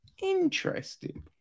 interesting